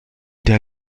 der